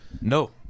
No